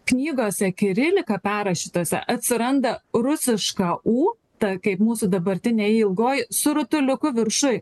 knygose kirilika perrašytose atsiranda rusiška u ta kaip mūsų dabartinė y ilgoji su rutuliuku viršuj